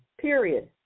period